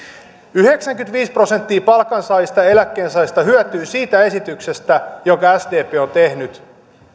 yhdeksänkymmentäviisi prosenttia palkansaajista ja eläkkeensaajista hyötyy siitä esityksestä jonka sdp on tehnyt